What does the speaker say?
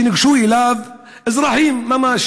שניגשו אליו אזרחים ממש,